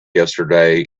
yesterday